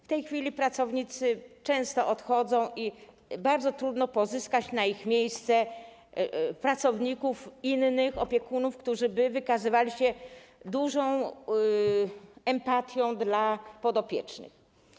W tej chwili pracownicy często odchodzą i bardzo trudno pozyskać na ich miejsce innych opiekunów, którzy wykazywaliby się dużą empatią wobec podopiecznych.